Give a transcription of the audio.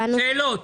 שאלות,